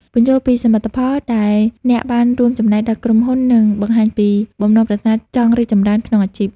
ពន្យល់ពី សមិទ្ធផល ដែលអ្នកបានរួមចំណែកដល់ក្រុមហ៊ុន និង បង្ហាញពីបំណងប្រាថ្នាចង់រីកចម្រើន ក្នុងអាជីព។